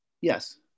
Yes